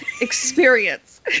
experience